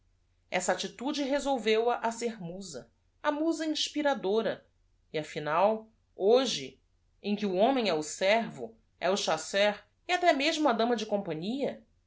ssa attitude resolveu a a ser usa a usa inspiradora e afinal hoje em que o homem é o servo é o chás seur e até mesmo a dama de com